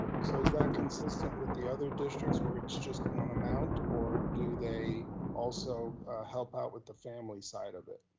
so is that consistent with the other districts where it's just one amount or do they also help out with the family side of it?